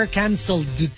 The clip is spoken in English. cancelled